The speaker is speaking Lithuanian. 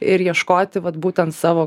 ir ieškoti vat būtent savo